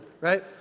right